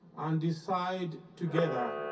and decide together